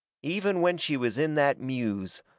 even when she was in that muse,